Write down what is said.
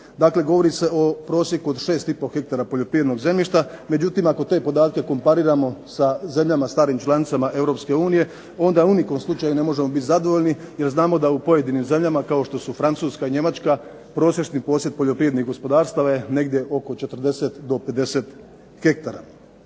govori se o prosjeku od 6 i po hektara poljoprivrednog zemljišta, međutim ako te podatke kompariramo sa zemljama starim članicama Europske unije, onda u ni kom slučaju ne možemo biti zadovoljni jer znamo da u pojedinim zemljama kao što su Francuska i Njemačka prosječni posjed poljoprivrednih gospodarstava je negdje oko 40 do 50 hektara.